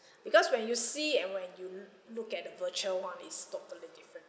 because when you see and when you l~ look at the virtual one is totally different